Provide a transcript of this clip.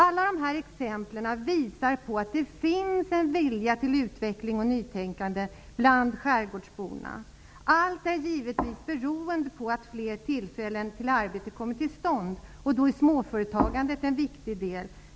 Alla dessa exempel visar på att det finns en vilja till utveckling och nytänkande bland skärgårdsborna. Allt är givetvis beroende på att fler tillfällen till arbete skapas. Småföretagandet utgör en viktig del.